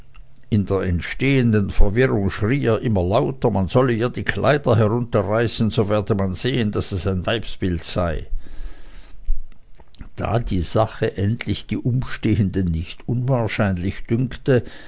in der entstehenden verwirrung schrie er immer lauter man solle ihr die kleider herunterreißen so werde man sehen daß es ein weibsbild sei da die sache endlich die umstehenden nicht unwahrscheinlich dünkte